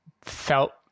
felt